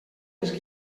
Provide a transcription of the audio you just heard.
ens